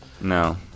No